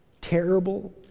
terrible